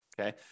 okay